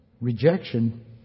rejection